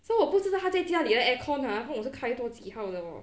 so 我不知道她在家里的 aircon ah 是开多几号的 hor